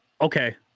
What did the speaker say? Okay